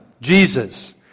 Jesus